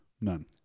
none